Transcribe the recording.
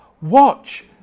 Watch